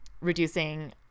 reducing